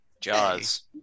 Jaws